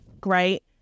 great